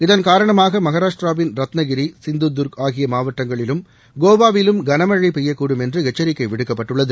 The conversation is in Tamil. இதன் காரணமாக மகாராஷ்டிராவின் ரத்னகிரி சிந்துதூர்க் ஆகிய மாவட்டங்களிலும் கோவாவிலும் கனமழை பெய்யக்கூடும் என்று எச்சரிக்கை விடுக்கப்பட்டுள்ளது